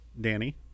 Danny